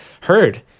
heard